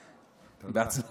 בהצלחה, מאי.